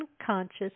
unconscious